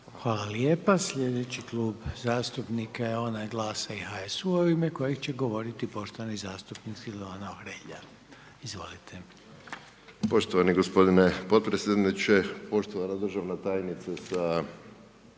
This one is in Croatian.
Hvala lijepa. Sljedeći Klub zastupnika je onaj Glasa i HSU-a u ime kojeg će govoriti poštovani zastupnik Silvano Hrelja. Izvolite. **Hrelja, Silvano (HSU)** Poštovani gospodine potpredsjedniče. Poštovana državna tajnice sa